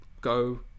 go